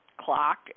clock